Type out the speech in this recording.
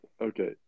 Okay